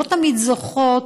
לא תמיד זוכות